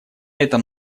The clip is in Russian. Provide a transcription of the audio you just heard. этом